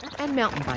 and mountain bikers.